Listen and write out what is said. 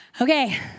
Okay